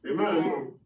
Amen